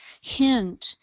hint